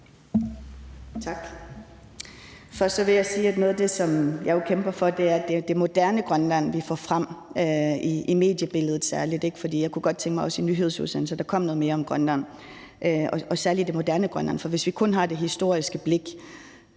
Tak. Først vil jeg sige, at noget af det, jeg kæmper for, er, at vi får det moderne Grønland frem, særlig i mediebilledet. For jeg kunne godt tænke mig, at der også i nyhedsudsendelserne kom noget mere om Grønland, og særlig det moderne Grønland, for hvis vi kun har det historiske blik,